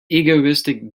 egoistic